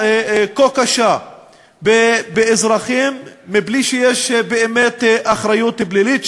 כה קשה באזרחים מבלי שיש באמת אחריות פלילית,